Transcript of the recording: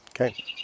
Okay